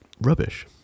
rubbish